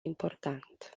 important